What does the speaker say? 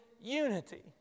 unity